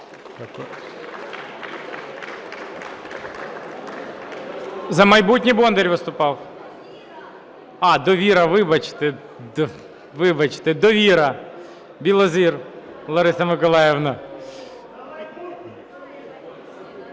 "За майбутнє", Бондар виступав. А, "Довіра". Вибачте. "Довіра", Білозір Лариса Миколаївна.